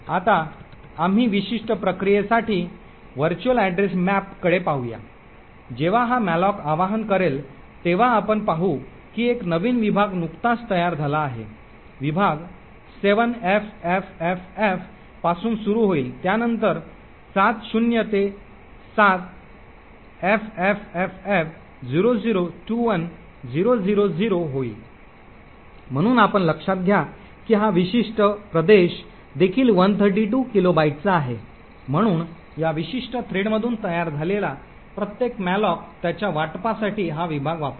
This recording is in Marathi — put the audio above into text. आता आम्ही या विशिष्ट प्रक्रियेसाठी व्हर्च्युअल ऍड्रेस मॅप कडे पाहूया जेव्हा हा मॅलोक आवाहन करेल तेव्हा आपण पाहू की एक नवीन विभाग नुकताच तयार झाला आहे विभाग 7ffff पासून सुरू होईल त्यानंतर 7 शून्य ते 7 ffff0021000 होईल म्हणून आपण लक्षात घ्या की हा विशिष्ट प्रदेश देखील 132 किलोबाइटचा आहे म्हणून या विशिष्ट थ्रेडमधून तयार झालेला प्रत्येक मॅलोक त्याच्या वाटपासाठी हा विभाग वापरतो